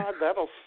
That'll